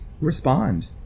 respond